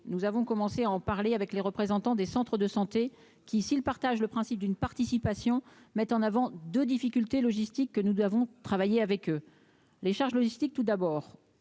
nous avons commencé à en parler avec les représentants des centres de santé qui, s'il partage le principe d'une participation mettent en avant, de difficulté logistique que nous avons travaillé avec eux les charges logistiques, tout d'abord